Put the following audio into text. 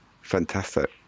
fantastic